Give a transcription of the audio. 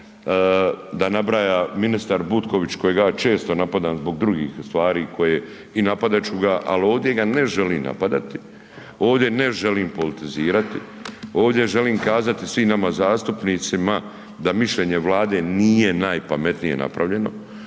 da nabraja ministar Butković kojega ja često napadam zbog drugih stvari koje i napadat ću ga, al ovdje ga ne želim napadati, ovdje ne želim politizirati, ovdje želim kazati svim nama zastupnicima da mišljenje Vlade nije najpametnije napravljeno,